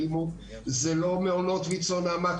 לא מעונות ויצ"ו או נעמ"ת,